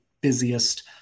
busiest